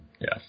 Yes